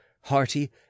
hearty